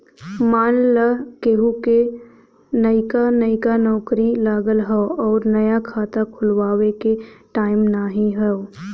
मान ला केहू क नइका नइका नौकरी लगल हौ अउर नया खाता खुल्वावे के टाइम नाही हौ